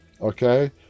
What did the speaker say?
okay